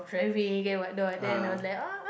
driving and what not and then I was like